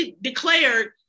declared